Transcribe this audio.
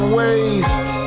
waste